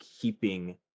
keeping